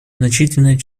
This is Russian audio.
значительное